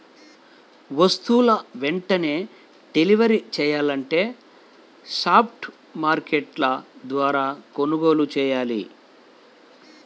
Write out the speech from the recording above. వస్తువులు వెంటనే డెలివరీ చెయ్యాలంటే స్పాట్ మార్కెట్ల ద్వారా కొనుగోలు చెయ్యాలి